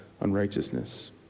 unrighteousness